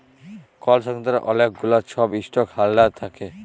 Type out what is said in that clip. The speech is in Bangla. কল সংস্থার অলেক গুলা ছব ইস্টক হল্ডার থ্যাকে